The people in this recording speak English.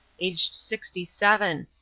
aged sixty-seven.